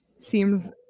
seems